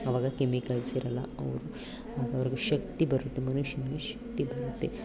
ಅವಾಗ ಕೆಮಿಕಲ್ಸ್ ಇರೋಲ್ಲ ಹೌದು ಮತ್ತು ಅವ್ರಿಗೆ ಶಕ್ತಿ ಬರುತ್ತೆ ಮನುಷ್ಯನಿಗೆ ಶಕ್ತಿ ಬರುತ್ತೆ